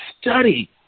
study